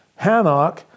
Hanok